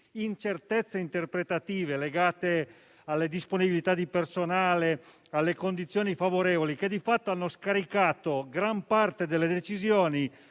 incertezze interpretative, legate alle disponibilità di personale e alle condizioni favorevoli, che, di fatto, hanno scaricato gran parte delle decisioni